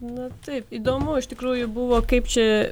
na taip įdomu iš tikrųjų buvo kaip čia